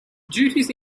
duties